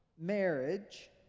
marriage